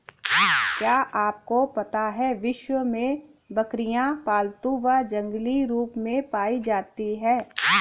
क्या आपको पता है विश्व में बकरियाँ पालतू व जंगली रूप में पाई जाती हैं?